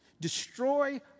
destroy